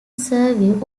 survive